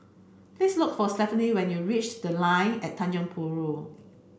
please look for Stephenie when you reach The Line at Tanjong Rhu